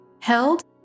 held